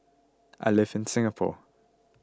I live in Singapore